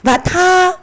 but 她